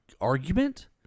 argument